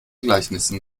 gleichnissen